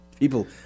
People –